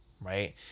right